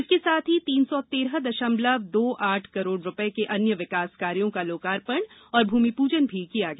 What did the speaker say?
इसके साथ ही तीन सौ तेरह दशमलव दो आठ करोड़ रुपये के अन्य विकासकार्यो का लोकार्पण और भूमिपूजन भी किया गया